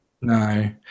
no